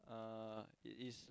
uh it is